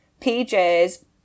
PJ's